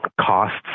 costs